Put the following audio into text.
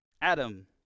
Adam